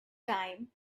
time